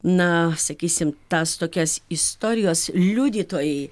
na sakysim tas tokias istorijos liudytojai